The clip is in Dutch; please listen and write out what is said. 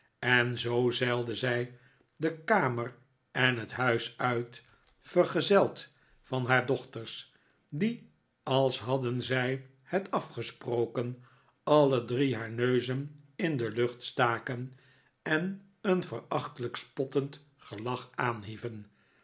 en zoo zeilde zij de kamer en het huis uit vergezeld van haar dochters die als had den zij het afgesproken alle drie haar neuzen in de lucht staken en een verachtelijk spottend gelach aanhieven